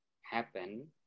happen